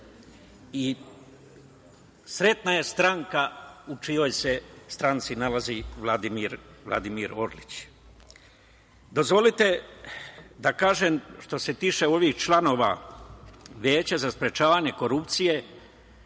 i sretna je stranka u čijoj se stranci nalazi Vladimir Orlić. Dozvolite da kažem što se tiče ovih članova Veća za sprečavanje korupcije